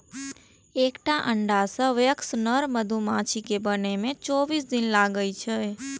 एकटा अंडा सं वयस्क नर मधुमाछी कें बनै मे चौबीस दिन लागै छै